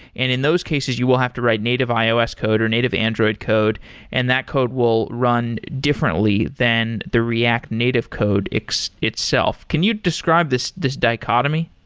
and in those cases you will have to write native ios code or native android code and that code will run differently than the react native code itself. can you describe this this dichotomy?